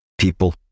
People